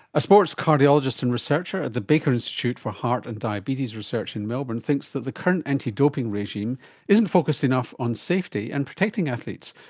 a sports cardiologist and researcher at the baker institute for heart and diabetes research in melbourne thinks that the current anti-doping regime isn't focused enough on safety and protecting athletes,